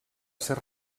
ser